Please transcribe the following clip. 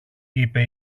είπε